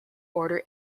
order